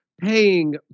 paying